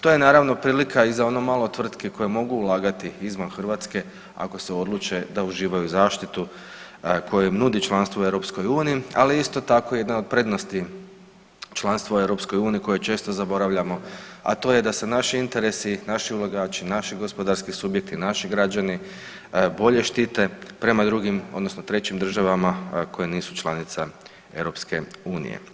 To je naravno, prilika i za ono malo tvrtki koje mogu ulagati izvan Hrvatske, ako se odluče da uživaju zaštitu koja im nudi članstvo u EU, ali isto tako, jedna od prednosti članstva u EU, koje često zaboravljamo, a to je da se naši interesi, naši ulagači, naši gospodarski subjekti, naši građani bolje štite prema drugim, odnosno trećim državama koje nisu članica EU.